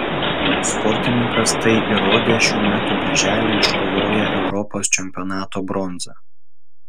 sportininkas tai įrodė šių metų birželį iškovoję europos čempionato bronzą